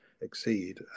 exceed